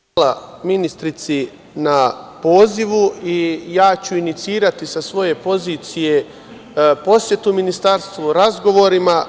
Hvala, ministarki, na pozivu i ja ću inicirati sa svoje pozicije posetu Ministarstvu, razgovorima.